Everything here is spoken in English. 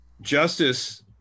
Justice